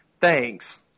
thanks